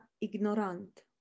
ignorant